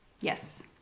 Yes